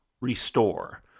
restore